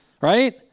right